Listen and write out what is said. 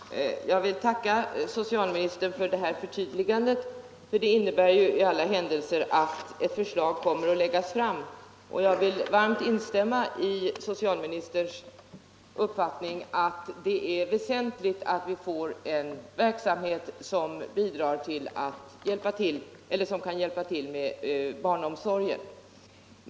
Herr talman! Jag vill tacka socialministern för detta förtydligande, ty det innebär i alla händelser att ett förslag kommer att läggas fram med Jag vill varmt instämma i socialministerns uppfattning att det är väsentligt att vi får en verksamhet som kan hjälpa till med barnomsorgen.